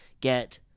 get